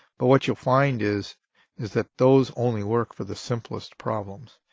but what you'll find is is that those only work for the simplest problems.